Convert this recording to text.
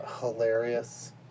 hilarious